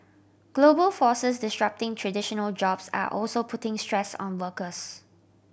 global forces disrupting traditional jobs are also putting stress on workers